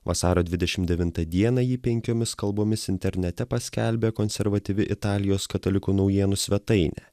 vasario dvidešim devintą dieną jį penkiomis kalbomis internete paskelbė konservatyvi italijos katalikų naujienų svetainė